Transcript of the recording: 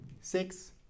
Six